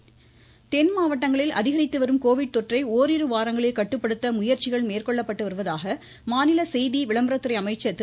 கடம்பூர் ராஜீ தென் மாவட்டங்களில் அதிகரித்து வரும் கோவிட் தொற்றை ஓரிரு வாரங்களில் கட்டுப்படுத்த முயற்சிகள் மேற்கொள்ளப்பட்டு வருவதாக மாநில செய்தி விளம்பர துறை அமைச்சர் திரு